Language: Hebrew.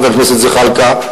חבר הכנסת זחאלקה,